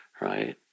right